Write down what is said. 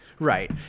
Right